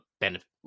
benefit